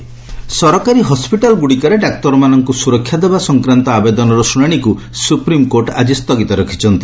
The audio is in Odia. ଏସ୍ସି ଡକୁର୍ସ ସରକାରୀ ହସ୍ୱିଟାଲ୍ଗୁଡ଼ିକରେ ଡାକ୍ତରମାନଙ୍କୁ ସୁରକ୍ଷା ଦେବା ସଂକ୍ରାନ୍ତ ଆବେଦନର ଶୁଶାଶିକୁ ସୁପ୍ରିମ୍କୋର୍ଟ ଆଜି ସୁଗିତ ରଖିଛନ୍ତି